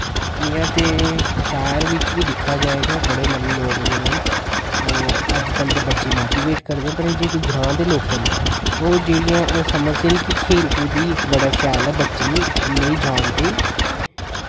इंया ते शैह्र च बी दिक्खा जाए ते ते मते लोक जेह्ड़े न ओह् अज्जकल दे बच्चें गी मोटिवेट करदे न पर एह् जेह्ड़े ग्रांऽ दे लोक न ओह् जियां समझदे की खेल कूद ई इक्क बड़ा शैल ऐ नेईं जाने ताहीं